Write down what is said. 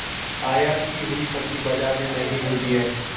आयत की हुई सब्जी बाजार में महंगी मिलती है